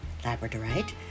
Labradorite